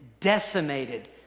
decimated